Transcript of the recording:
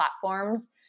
platforms